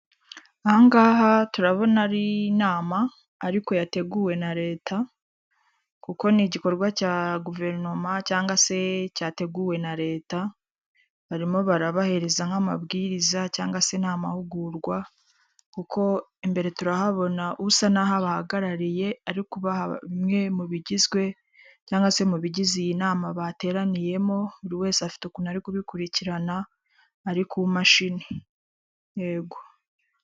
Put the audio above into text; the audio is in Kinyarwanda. Aha ngaha turabona ari nama ariko yateguwe na leta kuko ni igikorwa cya guverinoma cyangwa se cyateguwe na leta, barimo barabahereza nk'amabwiriza cyangwa se ni amahugurwa kuko imbere turahabona usa n'aho abahagarariye ari kubaha bimwe mu bigizwe cyangwa se mu bigize iyi nama bateraniyemo, buri wese afite ukuntu ari kubikurikirana ari ku mashini.